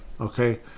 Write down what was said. Okay